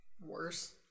Worse